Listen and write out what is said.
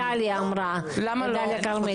למה שגב' דליה אמרה, דליה כרמל.